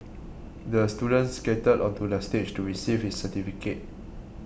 the student skated onto the stage to receive his certificate